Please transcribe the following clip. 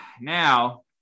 now